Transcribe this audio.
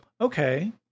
okay